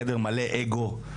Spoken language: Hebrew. חדר מלא אגו,